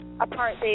apart